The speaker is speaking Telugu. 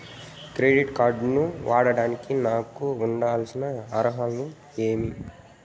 క్రెడిట్ కార్డు ను వాడేదానికి నాకు ఉండాల్సిన అర్హతలు ఏమి?